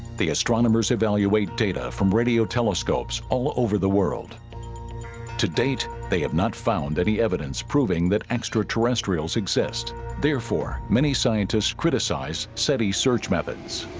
the astronomers evaluate data from radio telescopes all over the world to date they have not found any evidence proving that extraterrestrials exist therefore many scientists criticize seti search methods